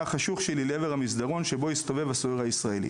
החשוך שלי לעבר המסדרון שבו הסתובב הסוהר הישראלי.